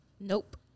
Nope